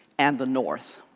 and the north.